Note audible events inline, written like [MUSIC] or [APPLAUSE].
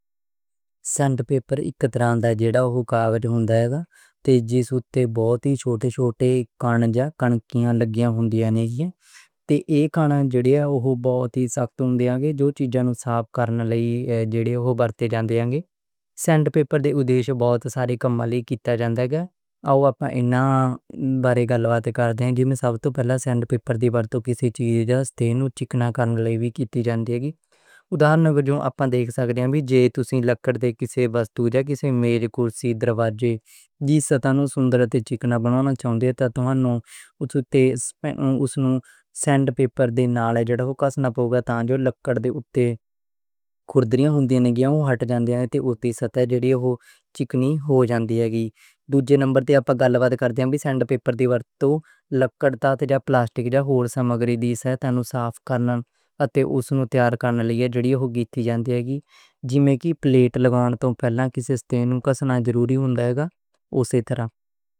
Saint paper اک طرح دا کاغذ ہوندا اے جس اُتے بہت چھوٹی چھوٹی کنّیاں لگی ہوندی ہیں تے ایہ کنّیاں بہت سخت ہوندی ہیں جو چیزاں نوں صاف کرن لئی ورتے جاندی ہیں۔ سینٹ پیپر دے ادیش بہت سارے کم لئی کیتے جاندے ہیں۔ آؤ آپاں اینہاں بارے گل بات کردے ہیں جس وچ سب توں پہلا سینٹ پیپر دی ورتوں کسے چیز نوں چکنا کرن لئی کیتی جاندی اے، مثلاً جدوں تسی لکڑ دے وچ آپ دیکھ سکدے ہو، جے تسی لکڑ دی بنائی گئی وستو جیویں میز، کرسی، دروازے دی سطح نوں سندر تے چکنا بناؤنا چوندے ہو تے توہاڈے نوں [HESITATION] اوہ دے سینٹ پیپر نال جیہڑی خُردری ہوئی لکڑ اُتے اوہ ہٹ جاندا اے تے جیہڑی اوہ چکنی ہو جان دی اے۔ دوجے نمبر تے آپاں سینٹ پیپر دی ورتوں لکڑ یا طرح طرح دیاں پلاسٹک دیاں مادیاں تے صاف کرن نال اتوں تیار کرن لئی کیتی جاندی اے۔ جے میں کی پلیٹ وجھاؤن لئی پہلے تے ایسٹون نوں کسنا ضروری ہوندا اے۔